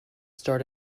start